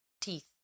teeth